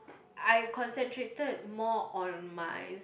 I concentrated more on my